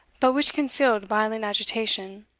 but which concealed violent agitation.